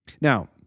Now